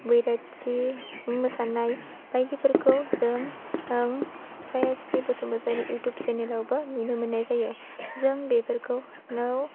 बैराथि मोसानाय बायदिफोरखौ जों जों सायास्रि बसुमतारी इउटुब चेनेलावबो नुनो मोन्नाय जायो जों बेफोरखौ नो